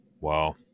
Wow